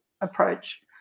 approach